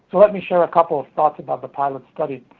so let me share a couple of thoughts about the pilot study.